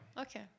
Okay